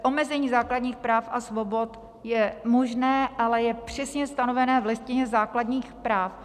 Omezení základních práv a svobod je možné, ale je přesně stanovené v Listině základních práv.